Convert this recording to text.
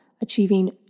achieving